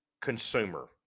consumer